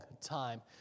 time